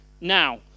Now